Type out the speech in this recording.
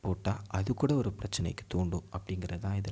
போட்டால் அது கூட ஒரு பிரச்சனைக்கு தூண்டும் அப்படிங்கிறது தான் இதில் மதிப்பு